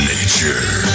Nature